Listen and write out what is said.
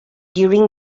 during